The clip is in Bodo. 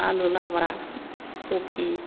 आलु लाब्रा कफि